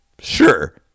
sure